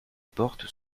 portes